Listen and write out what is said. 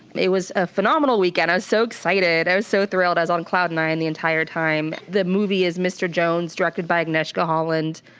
it was a phenomenal weekend. i was so excited. i was so thrilled. i was on cloud nine the entire time, the movie is mr. jones directed by agnieszka holland,